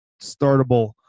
startable